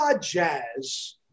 jazz